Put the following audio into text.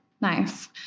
Nice